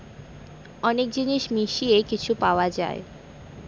অনেক জিনিস মিশিয়ে কিছু পাওয়া যায়